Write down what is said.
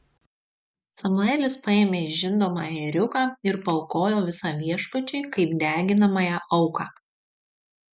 samuelis paėmė žindomą ėriuką ir paaukojo visą viešpačiui kaip deginamąją auką